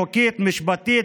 משפטית,